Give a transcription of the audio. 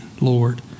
Lord